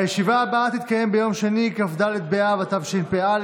הישיבה הבאה תתקיים ביום שני, כ"ד באב התשפ"א,